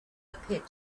appeared